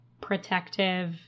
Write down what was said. protective